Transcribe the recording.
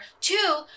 Two